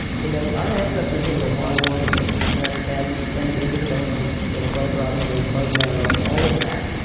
you know our ancestors ate a lot of organ meats, and and and they did bone you know bone broths and they ate bone marrow and all of that.